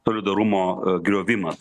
solidarumo griovimas